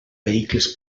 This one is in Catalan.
vehicles